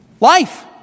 life